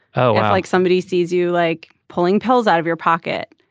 oh like somebody sees you like pulling pills out of your pocket.